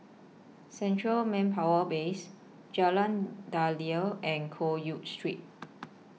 Central Manpower Base Jalan Daliah and Loke Yew Street